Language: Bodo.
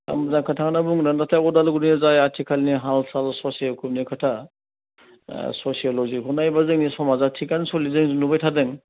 दा मोजां खोथाखौनो होनना बुंदों नाथाय अदालगुरिनि जा आथिखालनि हाल साल ससियेलनि खोथा अ ससिय'ल'जिखौ नायोबा जोंनि समाजा थिकैनो सोलिनाय नुबाय थादों